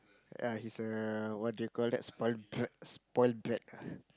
ya he's a what do you call that spoiled brat spoiled brat